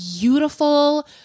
beautiful